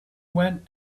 went